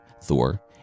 Thor